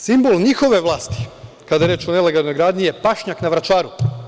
Simbol njihove vlasti, kada je reč o nelegalnoj radnji, je pašnjak na Vračaru.